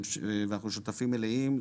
אנחנו שותפים מלאים,